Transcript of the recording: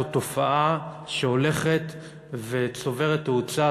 זו תופעה שהולכת וצוברת תאוצה,